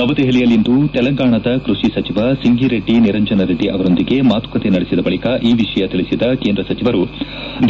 ನವದೆಹಲಿಯಲ್ಲಿಂದು ತೆಲಂಗಾಣದ ಕೃಷಿ ಸಚಿವ ಸಿಂಗಿರೆಡ್ಡಿ ನಿರಂಜನ ರೆಡ್ಡಿ ಅವರೊಂದಿಗೆ ಮಾತುಕತೆ ನಡೆಸಿದ ಬಳಿಕ ಈ ವಿಷಯ ತಿಳಿಸಿದ ಕೇಂದ್ರ ಸಚಿವರು